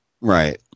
Right